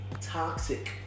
toxic